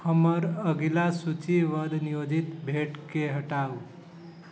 हमर अगिला सूचीवद्ध नियोजित भेँटकेँ हटाउ